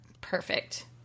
Perfect